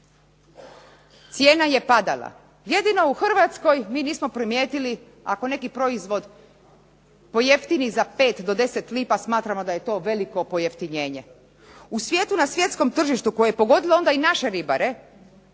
cijena je padala, jedino u Hrvatskoj mi nismo primjetili ako neki proizvod pojeftini za 5 do 10 lipa smatramo da je to veliko pojeftinjenje. U svijetu na svjetskom tržištu koje je pogodilo onda i naše ribare,